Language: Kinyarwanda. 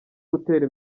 gutera